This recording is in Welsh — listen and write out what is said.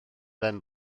ben